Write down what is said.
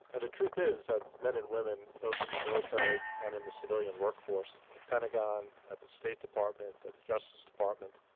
and the truth is that men and women, both in the military and in the civilian workforce, the pentagon, at the state department, at the justice department,